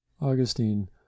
Augustine